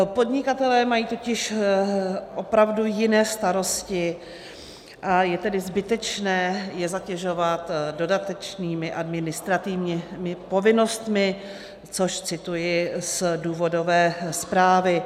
Podnikatelé mají totiž opravdu jiné starosti, a je tedy zbytečné je zatěžovat dodatečnými administrativními povinnostmi což cituji z důvodové zprávy.